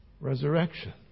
resurrection